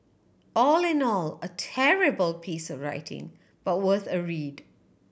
all in all a terrible piece of writing but worth a read